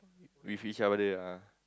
with each other ah